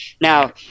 Now